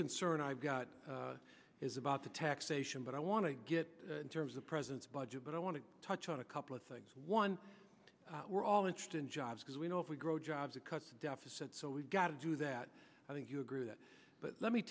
concern i've got is about the taxation but i want to get in terms of president's budget but i want to touch on a couple of things one we're all interested in jobs because we know if we grow jobs it cuts the deficit so we've got to do that i think you agree with that but let me